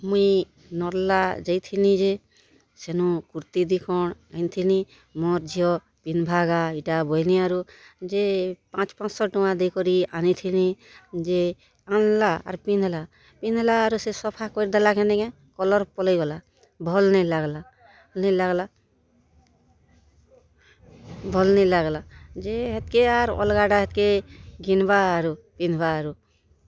ମୁଇଁ ନର୍ଲା ଯାଇଥିନି ଯେ ସେନୁ କୁର୍ତ୍ତୀ ଦୁଇ ଖଣ୍ ଆନ୍ଥିନି ମୋର୍ ଝିଅ ପିନ୍ଧ୍ବାଗା ଇଟା ବଇନି ଆରୁ ଯେ ପାଞ୍ଚ ପାଂଶ ଟଙ୍କା ଦେଇକରି ଆନିଥିନି ଯେ ଆନ୍ଲା ଆର୍ ପିନ୍ଧ୍ଲା ଆରୁ ସେ ସଫା କରିଦେଲା କେ ନେକେ କଲର୍ ପଲେଇଗଲା ଭଲ୍ ନେଇଁ ଲାଗ୍ଲା ନାଇଁ ଲାଗ୍ଲା ଭଲ୍ ନେଇଁ ଲାଗ୍ଲା ଯେ ହେତ୍କେ ଆର୍ ଅଲ୍ଗାଟା ହେତ୍କେ ଘିନ୍ବା ଆରୁ ପିନ୍ଧ୍ବା ଆରୁ